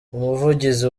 umuvugizi